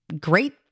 great